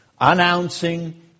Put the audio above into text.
announcing